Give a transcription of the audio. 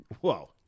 Whoa